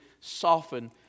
soften